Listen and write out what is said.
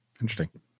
Interesting